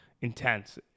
intense